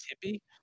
tippy